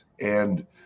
and-